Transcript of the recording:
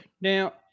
Now